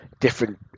different